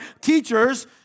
teachers